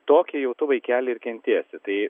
tokį jau tu vaikeli ir kentėsi tai